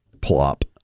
plop